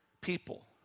people